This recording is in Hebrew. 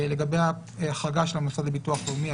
לגבי ההחרגה של המוסד לביטוח לאומי,